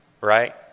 right